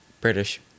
british